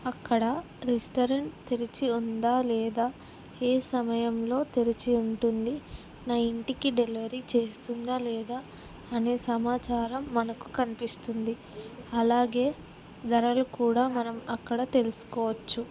అక్కడ రెస్టారెంట్ తెరిచి ఉందా లేదా ఏ సమయంలో తెరిచి ఉంటుంది నా ఇంటికి డెలివరీ చేస్తుందా లేదా అనే సమాచారం మనకు కనిపిస్తుంది అలాగే ధరలు కూడా మనం అక్కడ తెలుసుకోవచ్చు